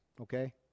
Okay